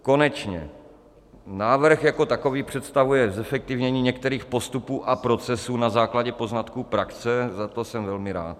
Konečně návrh jako takový představuje zefektivnění některých postupů a procesů na základě poznatků praxe, za to jsem velmi rád.